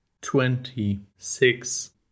Twenty-six